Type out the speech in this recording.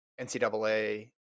NCAA